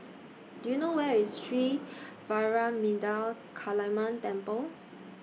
Do YOU know Where IS Sri Vairavimada Kaliamman Temple